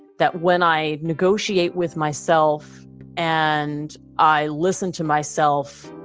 that when i negotiate with myself and i listen to myself,